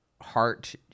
heart